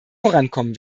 vorankommen